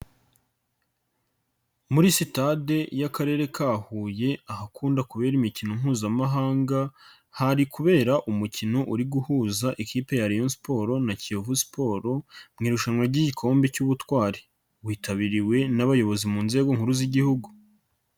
Muri sitade y'akarere ka Huye ahakunda kubera imikino mpuzamahanga, hari kubera umukino uri guhuza ikipe ya Rayon sports na Kiyovu sports mu irushanwa ry'igikombe cy'ubutwari, witabiriwe n'abayobozi mu nzego nkuru z'Igihugu.